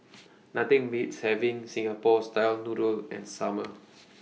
Nothing Beats having Singapore Style Noodles in Summer